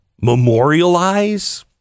memorialize